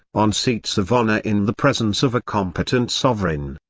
on seats of honour in the presence of a competent sovereign.